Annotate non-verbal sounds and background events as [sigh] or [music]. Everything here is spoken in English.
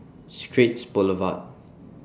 [noise] Straits Boulevard